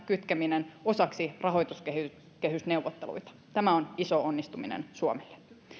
kytkeminen osaksi rahoituskehysneuvotteluita tämä on iso onnistuminen suomelle